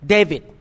David